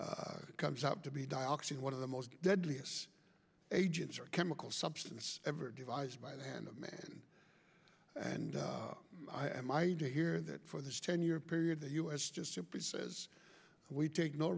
that comes out to be dioxin one of the most deadly us agents or chemical substance ever devised by the hand of man and i am i to hear that for this ten year period the u s just simply says we take no